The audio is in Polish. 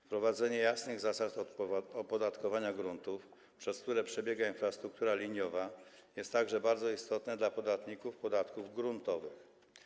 Wprowadzenie jasnych zasad opodatkowania gruntów, przez które przebiega infrastruktura liniowa, jest także bardzo istotne dla podatników podatków gruntowych.